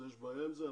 יש בעיה עם זה.